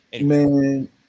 Man